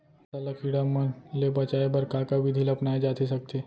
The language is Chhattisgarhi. फसल ल कीड़ा मन ले बचाये बर का का विधि ल अपनाये जाथे सकथे?